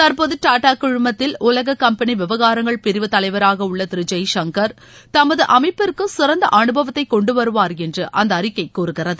தற்போது டாட்டா குழுமத்தில் உலக கம்பெனி விவகாரங்கள் பிரிவு தலைவராக உள்ள திரு ஜெய்சங்கள் தமது அமைப்பிற்கு சிறந்த அனுபவத்தை கொண்டுவருவாா் என்று அந்த அறிக்கை கூறுகிறது